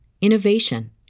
innovation